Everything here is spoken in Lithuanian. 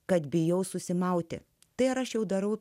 kad bijau susimauti tai rašiau darau